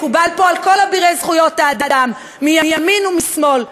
מקובל על כל אבירי זכויות האדם מימין ומשמאל,